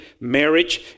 marriage